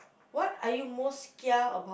what are you most kia about